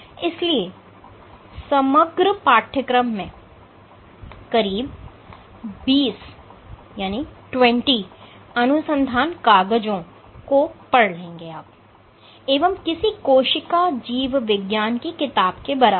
इसलिए समग्र पाठ्यक्रम में करीब 20 अनुसंधान कागजों को पढ़ लेंगे एवं किसी कोशिका जीव विज्ञान की किताब के बराबर